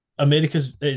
America's